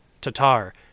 Tatar